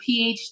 PhD